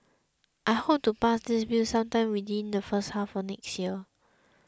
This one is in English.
I hope to pass this bill sometime within the first half of next year